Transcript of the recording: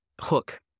hook